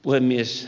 puhemies